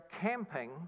camping